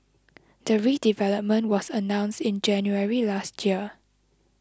the redevelopment was announced in January last year